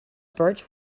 birch